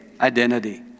identity